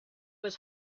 was